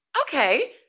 okay